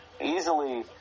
easily